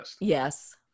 Yes